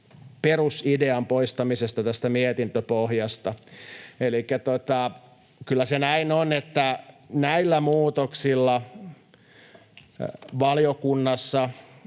perusidean poistamista tästä mietintöpohjasta. Elikkä kyllä se näin on, että näillä muutoksilla valiokunnassa